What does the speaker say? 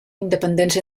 independents